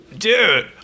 Dude